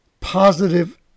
positive